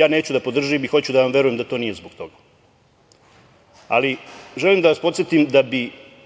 ja neću da podržim i hoću da vam verujem da to nije zbog toga. Ali želim da vas podsetim da bi